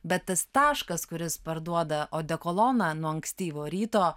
bet tas taškas kuris parduoda odekoloną nuo ankstyvo ryto